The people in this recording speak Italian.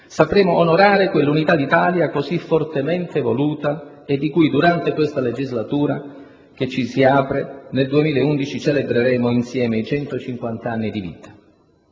sapremo onorare quell'unità d'Italia così fortemente voluta e di cui, durante questa legislatura che ci si apre, nel 2011 celebreremo insieme i 150 anni di vita.